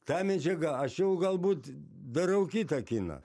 ta medžiaga aš jau galbūt darau kitą kiną